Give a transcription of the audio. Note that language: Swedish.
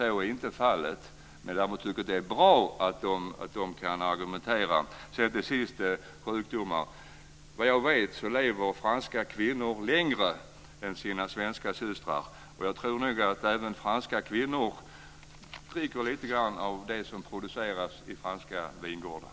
Däremot tycker jag att det är bra att de här personerna kan argumentera. Vad till slut gäller frågan om sjukdomar lever franska kvinnor såvitt jag vet längre än sina svenska systrar. Jag tror nog att också franska kvinnor dricker lite grann av det som produceras i franska vingårdar.